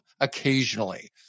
occasionally